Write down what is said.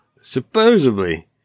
Supposedly